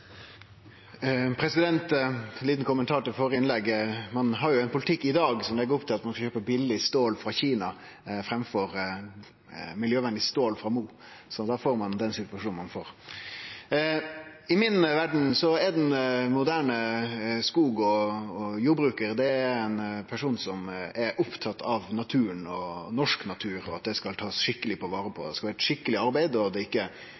førre innlegget: Ein har jo ein politikk i dag som legg opp til at ein skal kjøpe billeg stål frå Kina framfor miljøvenleg stål frå Mo. Då får ein den situasjonen ein får. I mi verd er den moderne skog- og jordbrukar ein person som er opptatt av norsk natur, og av at skogen skal bli tatt skikkeleg vare på. Det skal vere skikkeleg arbeid, og ein likar ikkje